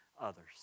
others